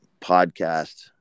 podcast